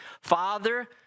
father